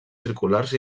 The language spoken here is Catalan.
circulars